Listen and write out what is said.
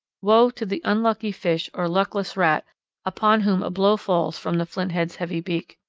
woe to the unlucky fish or luckless rat upon whom a blow falls from the flinthead's heavy beak!